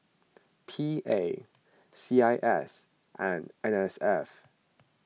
P A C I S and N S F